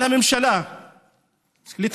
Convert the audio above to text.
על הממשלה לטפל